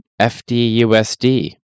FDUSD